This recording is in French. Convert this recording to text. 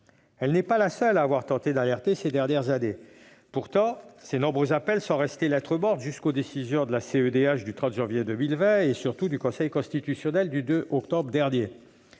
Elle n'est pas la seule à avoir tenté d'alerter ces dernières années. Pourtant, ces nombreux appels sont restés lettre morte jusqu'aux décisions de la CEDH du 30 janvier 2020 et surtout du Conseil constitutionnel du 2 octobre dernier.